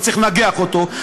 וצריך לנגח אותו,